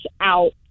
out